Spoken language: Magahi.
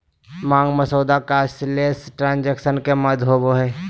मांग मसौदा कैशलेस ट्रांजेक्शन के माध्यम होबो हइ